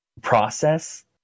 process